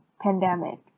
pandemic